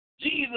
Jesus